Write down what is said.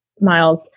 miles